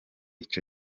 ico